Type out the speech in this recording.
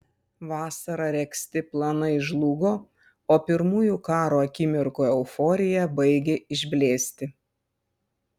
vasarą regzti planai žlugo o pirmųjų karo akimirkų euforija baigė išblėsti